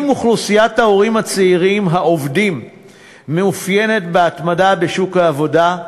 אם אוכלוסיית ההורים הצעירים העובדים מתאפיינת בהתמדה בשוק העבודה,